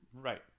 right